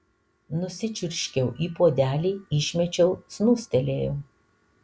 nusičiurškiau į puodelį išmečiau snūstelėjau